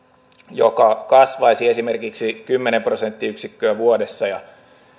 joka kasvaisi esimerkiksi kymmenen prosenttiyksikköä vuodessa